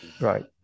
Right